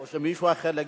או שמישהו אחר יגיד,